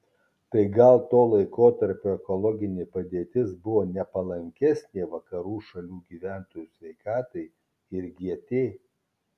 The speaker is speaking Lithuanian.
tai gal to laikotarpio ekologinė padėtis buvo nepalankesnė vakarų šalių gyventojų sveikatai ir gt